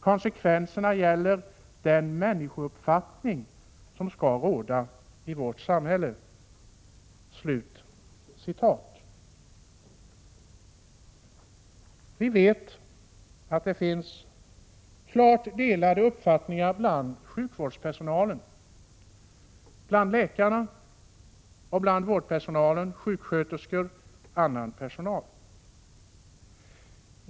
Konsekvenserna gäller den människouppfattning som skall råda i vårt samhälle.” Vi vet att uppfattningarna är klart delade också bland sjukvårdspersonalen — bland läkarna, sjuksköterskorna och annan vårdpersonal.